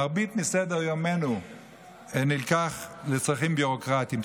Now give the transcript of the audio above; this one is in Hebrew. מרבית מסדר-יומנו נלקח לצרכים ביורוקרטיים.